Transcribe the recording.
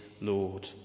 Lord